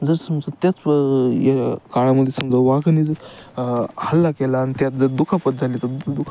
जर समजा त्याच या काळामध्ये समजा वाघाने जर हल्ला केला आणि त्यात जर दुखापत झाली तर दुखापत